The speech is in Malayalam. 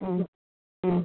ആം ആം